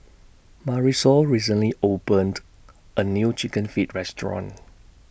Marisol recently opened A New Chicken Feet Restaurant